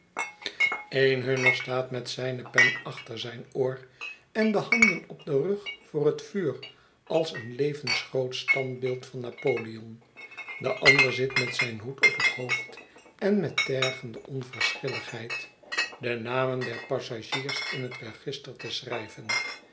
een hunner staat met zijne pen achter zijn oor en de handen op den rug voor het vuur als een levensgroot standbeeld van napoleon de ander zit met zijn hoed op het hoofd en met tergende onverschilligheid de namen der passagiers in het register te schrijven